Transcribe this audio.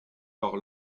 par